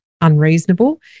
unreasonable